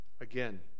again